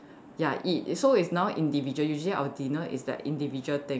ya eat so it's now individual usually our dinner is like individual things